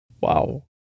Wow